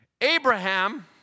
Abraham